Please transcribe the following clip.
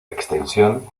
extensión